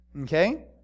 Okay